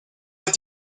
what